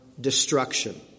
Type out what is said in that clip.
destruction